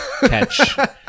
catch